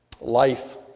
life